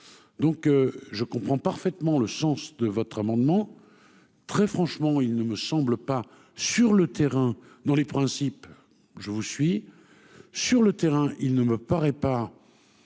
donc je comprends parfaitement le sens de votre amendement très franchement, il ne me semble pas sur le terrain, dans les principes, je vous suis sur le terrain, il ne me paraît pas